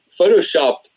photoshopped